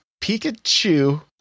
Pikachu